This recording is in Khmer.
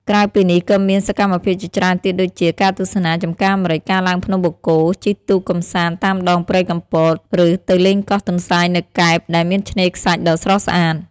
ក្រៅពីនេះ ក៏មានសកម្មភាពជាច្រើនទៀតដូចជា ការទស្សនាចម្ការម្រេច ការឡើងភ្នំបូកគោ ជិះទូកកម្សាន្តតាមដងព្រែកកំពត ឬទៅលេងកោះទន្សាយនៅកែប ដែលមានឆ្នេរខ្សាច់ដ៏ស្រស់ស្អាត។